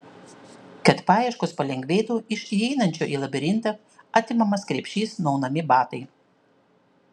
kad paieškos palengvėtų iš įeinančiojo į labirintą atimamas krepšys nuaunami batai